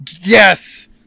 Yes